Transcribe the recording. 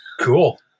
Cool